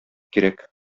кирәк